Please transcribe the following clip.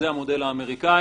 זה המודל האמריקני.